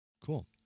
Cool